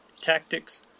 tactics